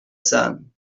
sun